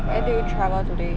are you going to travel today